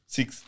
Six